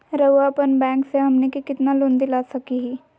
रउरा अपन बैंक से हमनी के कितना लोन दिला सकही?